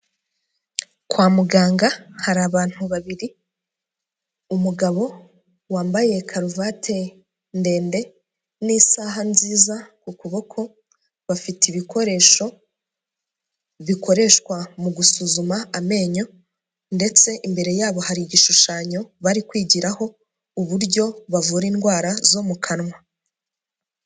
Kwa muganga hari abantu babiri, umugabo wambaye karuvate ndende n'isaha nziza ku kuboko, bafite ibikoresho bikoreshwa mu gusuzuma amenyo ndetse imbere yabo hari igishushanyo, bari kwigiraho, uburyo bavura indwara zo mu kanwa.